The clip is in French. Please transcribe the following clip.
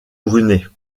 brunet